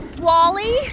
Wally